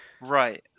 Right